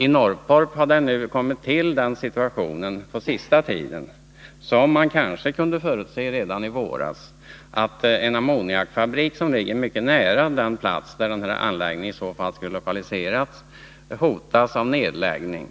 I Norrtorp har den omständigheten kommit till — en omständighet som man kanske kunde förutse redan i våras — att den ammoniakfabrik som ligger mycket nära den plats där denna destruktionsanläggning skulle lokaliseras hotas av nedläggning.